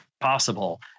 possible